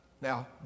Now